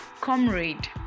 comrade